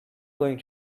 going